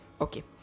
Okay